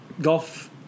golf